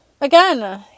again